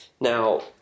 Now